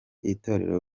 itorero